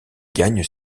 gagne